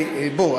בוא,